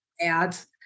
ads